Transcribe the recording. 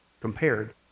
compared